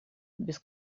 без